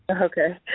Okay